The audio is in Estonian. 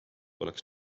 oleks